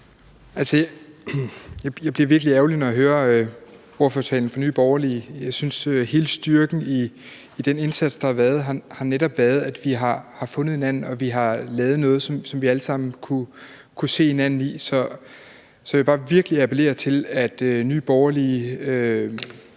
virkelig ærgerlig, når jeg hører ordførertalen fra Nye Borgerlige. Jeg synes, hele styrken i den her indsats, der har været, netop har været, at vi har fundet hinanden, og at vi har lavet noget, som vi alle sammen kunne se hinanden i. Så jeg vil bare virkelig appellere til, at Nye Borgerlige